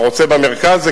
אתה רוצה במרכז?